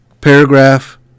Paragraph